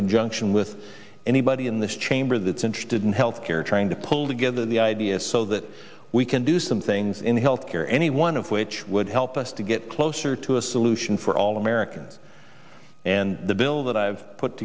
conjunction with anybody in this chamber that's interested in health care trying to pull together the ideas so that we can do some things in health care any one of which would help us to get closer to a solution for all americans and the bill that i've put